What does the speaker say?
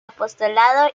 apostolado